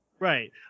Right